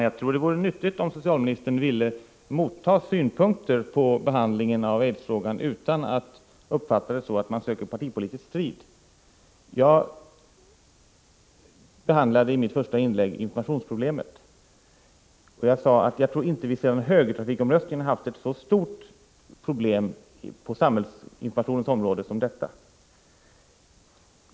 Herr talman! Det vore nyttigt om socialministern ville motta synpunkter på behandlingen av aidsfrågan utan att uppfatta det så, att folkpartiet söker partipolitisk strid. Jag behandlade i mitt första inlägg informationsproblemet, och jag sade att jag tror att vi inte sedan högertrafikomröstningen har haft ett så stort problem på samhällsinformationens område som detta.